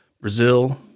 Brazil